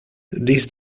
these